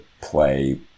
play